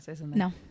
no